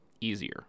easier